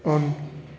on